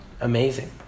amazing